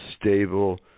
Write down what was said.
stable